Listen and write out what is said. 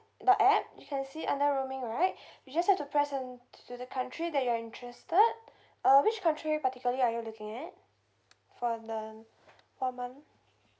the app you can see under roaming right you just have to press and to the country that you're interested uh which country particularly are you looking at for the four month